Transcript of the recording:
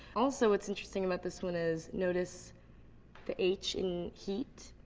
also what's interesting about this one is notice the h in heat,